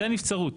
זאת נבצרות.